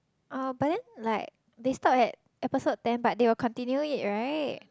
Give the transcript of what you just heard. oh but then like they stop at episode ten but they will continue it right